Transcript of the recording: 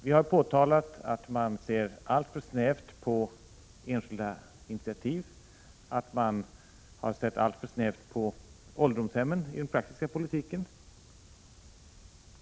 Vi har påtalat att man ser alltför snävt på enskilda initiativ, att man har sett alltför snävt på ålderdomshemmen i den praktiska politiken.